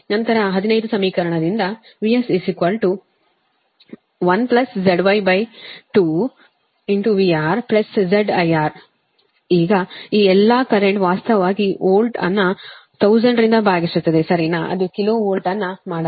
ನಂತರ 15 ಸಮೀಕರಣದಿಂದ VS 1ZY2VRZ IR ಈ ಎಲ್ಲಾ ಕರೆಂಟ್ ವಾಸ್ತವವಾಗಿ ವೋಲ್ಟ್ ಅನ್ನು 1000 ರಿಂದ ಭಾಗಿಸುತ್ತದೆ ಸರಿನಾ ಅದು ಕಿಲೋ ವೋಲ್ಟ್ ಅನ್ನು ಮಾಡಲಾಗಿದೆ